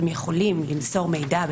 כלומר הם יכולים למסור מידע,